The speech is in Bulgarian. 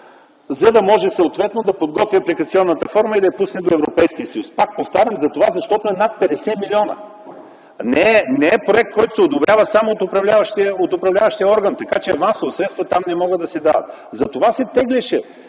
за да може съответно да подготви апликационната форма и да я пусне до Европейския съюз. Пак повтарям, защото е над 50 милиона. Не е проект, който се управлява само от управляващия орган. Така че, авансови средства там не могат да се дават. Затова се теглеше